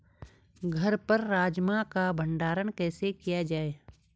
घर पर राजमा का भण्डारण कैसे किया जाय?